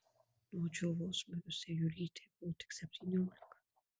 nuo džiovos mirusiai jurytei buvo tik septyniolika